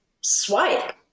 swipe